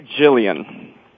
Jillian